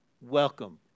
Welcome